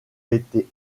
été